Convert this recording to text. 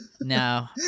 No